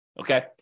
Okay